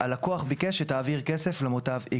"הלקוח ביקש שתעביר כסף למוטב X,